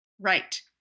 Right